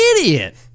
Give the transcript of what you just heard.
idiot